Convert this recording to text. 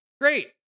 great